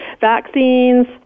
vaccines